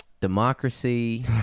democracy